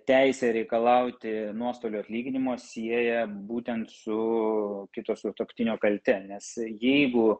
teisę reikalauti nuostolių atlyginimo sieja būtent su kito sutuoktinio kalte nes jeigu